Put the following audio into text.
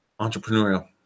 entrepreneurial